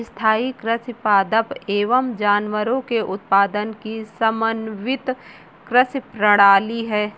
स्थाईं कृषि पादप एवं जानवरों के उत्पादन की समन्वित कृषि प्रणाली है